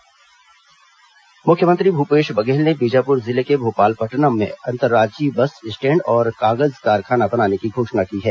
मुख्यमंत्री बीजापुर मुख्यमंत्री भूपेश बघेल ने बीजापुर जिले के भोपालपट्नम में अंतर्राज्यीय बस स्टैण्ड और कागज कारखाना बनाने की घोषणा की है